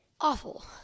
awful